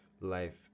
life